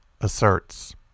asserts